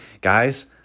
guys